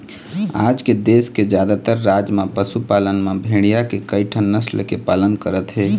आज देश के जादातर राज म पशुपालक मन भेड़िया के कइठन नसल के पालन करत हे